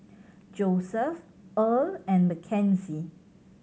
Joeseph Earl and Mckenzie